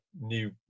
new